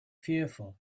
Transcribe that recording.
fearful